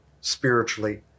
spiritually